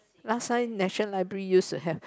last time National Library used to have